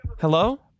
Hello